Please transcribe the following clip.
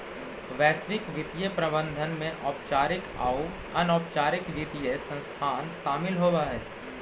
वैश्विक वित्तीय प्रबंधन में औपचारिक आउ अनौपचारिक वित्तीय संस्थान शामिल होवऽ हई